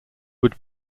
would